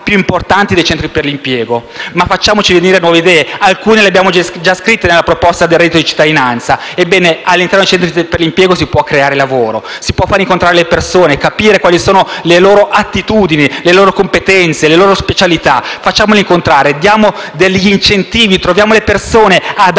più importanti dei centri per l'impiego, ma dobbiamo farci venire nuove idee, alcune le abbiamo già scritte nella proposta sul reddito di cittadinanza: all'interno dei centri per l'impiego si può creare lavoro, si possono far incontrare le persone e capire quali sono le loro attitudini, le loro competenze, le loro specialità. Facciamole incontrare, diamo degli incentivi, troviamo le persone